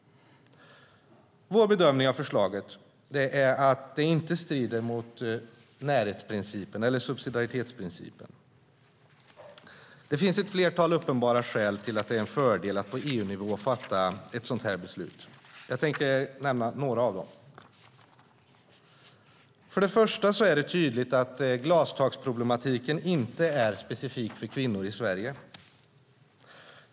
Vår bedömning av förslaget är att det inte strider mot närhetsprincipen, eller subsidiaritetsprincipen. Det finns ett flertal uppenbara skäl till att det är en fördel att på EU-nivå fatta ett sådant här beslut. Jag tänker nämna några få av dem. För det första är det tydligt att glastaksproblematiken inte är specifik för kvinnor i Sverige.